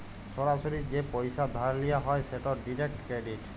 সরাসরি যে পইসা ধার লিয়া হ্যয় সেট ডিরেক্ট ক্রেডিট